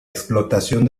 explotación